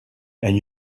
and